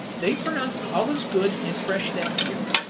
they pronounced the olives good, and fresh that year.